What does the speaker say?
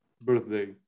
birthday